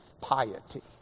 piety